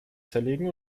zerlegen